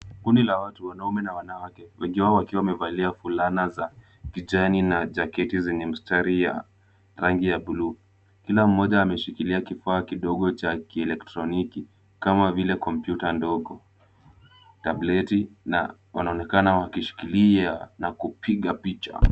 Kundi la watu, wanaume na wanawake, wengi wao wakiwa wamevalia fulana za kijani na jaketi zenye mstari ya rangi ya buluu. Kila mmoja ameshikilia kifaa kidogo cha kielektoniki kama vile kompyuta ndogo, tableti na wanaonekana wakishikilia na kupiga picha.